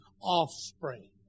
offspring